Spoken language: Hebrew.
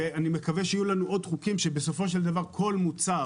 אני מקווה שבקרוב יהיו לנו עוד חוקים כך שבסופו של דבר כל מוצר